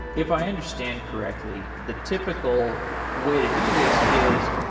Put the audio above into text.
if i understand correctly, the typical way to do this is,